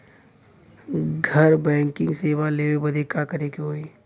घर बैकिंग सेवा लेवे बदे का करे के होई?